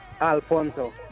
Alfonso